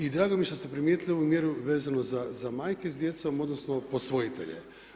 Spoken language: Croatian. I drago mi je što ste primijetili ovu mjeru vezano za majke s djecom, odnosno posvojitelje.